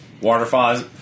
Waterfalls